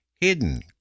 hidden